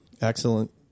Excellent